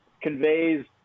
conveys